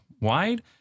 wide